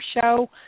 show